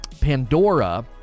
Pandora